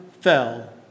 fell